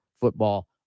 football